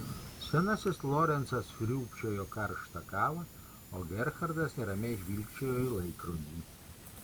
senasis lorencas sriūbčiojo karštą kavą o gerhardas neramiai žvilgčiojo į laikrodį